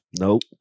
Nope